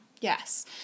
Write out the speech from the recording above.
Yes